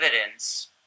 evidence